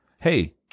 Hey